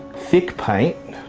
thick paint.